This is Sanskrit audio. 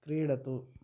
क्रीडतु